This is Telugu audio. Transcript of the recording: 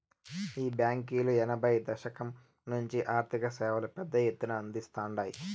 ఈ బాంకీలు ఎనభైయ్యో దశకం నుంచే ఆర్థిక సేవలు పెద్ద ఎత్తున అందిస్తాండాయి